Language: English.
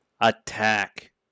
Attack